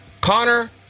Connor